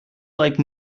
like